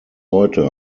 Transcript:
heute